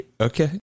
Okay